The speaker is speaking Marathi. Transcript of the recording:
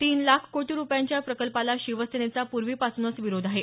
तीन लाख कोटी रुपयांच्या या प्रकल्पाला शिवसेनेचा पूर्वीपासूनच विरोध आहे